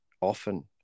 often